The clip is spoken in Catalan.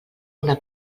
una